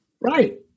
Right